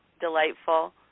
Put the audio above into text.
delightful